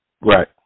right